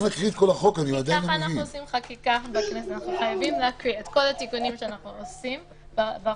אנחנו חייבים להקריא את כל התיקונים שאנחנו עושים בחוק.